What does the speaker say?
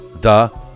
Duh